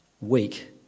weak